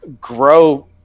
grow